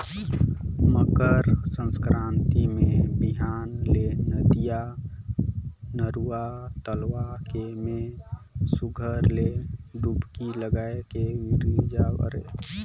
मकर संकरांति मे बिहान ले नदिया, नरूवा, तलवा के में सुग्घर ले डुबकी लगाए के रिवाज अहे